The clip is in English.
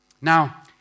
Now